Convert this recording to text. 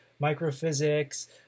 microphysics